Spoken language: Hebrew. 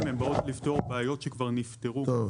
הן באות לפתור בעיות שכבר נפתרו -- טוב,